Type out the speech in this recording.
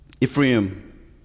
Ephraim